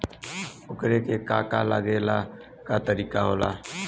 ओकरा के का का लागे ला का तरीका होला?